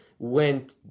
went